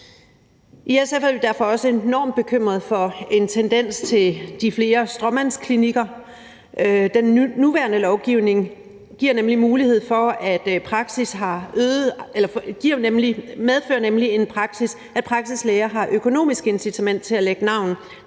I SF er vi derfor også enormt bekymret for en tendens til flere stråmandsklinikker. Den nuværende lovgivning medfører nemlig, at praksislæger har et økonomisk incitament til at lægge navn